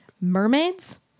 mermaids